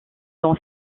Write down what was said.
dans